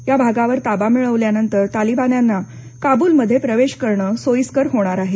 या भागावर ताबा मिळवल्यानंतर तालिबान्यांना काबूलमध्ये प्रवेश करणं सोयीस्कर होणार आहे